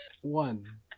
One